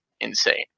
insane